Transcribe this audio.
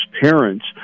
parents